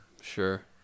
Sure